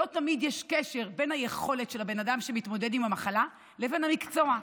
לא תמיד יש קשר בין היכולת של האדם שמתמודד עם המחלה לבין המקצוע.